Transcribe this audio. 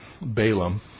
Balaam